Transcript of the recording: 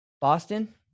Boston